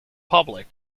public